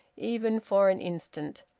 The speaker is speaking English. even for an instant.